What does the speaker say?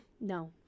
No